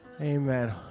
Amen